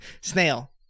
Snail